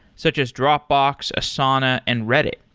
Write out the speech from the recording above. such as dropbox, asana and reddit.